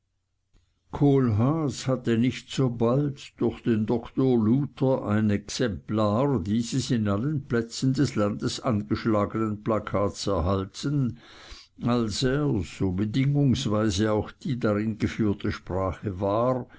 kohlhaas hatte nicht sobald durch den doktor luther ein exemplar dieses in allen plätzen des landes angeschlagenen plakats erhalten als er so bedingungsweise auch die darin geführte sprache war